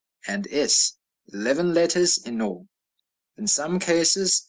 and s eleven letters in all in some cases,